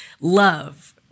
love